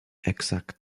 exact